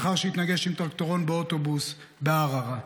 לאחר שהתנגש עם טרקטורון באוטובוס בערערה.